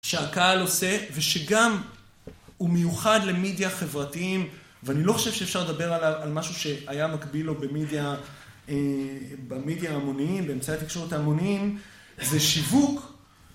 שהקהל עושה, ושגם הוא מיוחד למידיה חברתיים, ואני לא חושב שאפשר לדבר על משהו שהיה מקביל לו במידיה, במידיה המוניים, באמצעי התקשורת המוניים, זה שיווק.